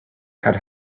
had